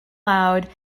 loud